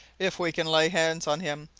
if we can lay hands on him,